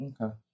Okay